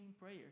prayer